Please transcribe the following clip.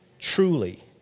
truly